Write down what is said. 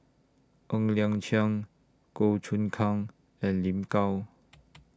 Ng Liang Chiang Goh Choon Kang and Lin Gao